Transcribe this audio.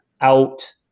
out